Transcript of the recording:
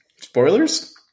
Spoilers